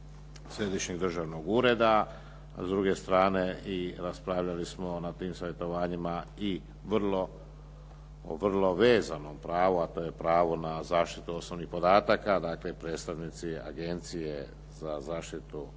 Središnjeg državnog ureda a s druge strane i raspravljali smo na tim savjetovanjima i o vrlo vezanom pravu a to je pravo na zaštitu osobnih podataka. Dakle predstavnici Agencije za zaštitu osobnih podataka